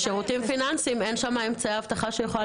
בשירותים פיננסיים אין אמצעי אבטחה שיכולים